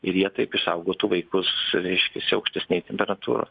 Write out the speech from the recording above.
ir jie taip išsaugotų vaikus reiškiasi aukštesnėj temperatūro